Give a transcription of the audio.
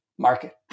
Market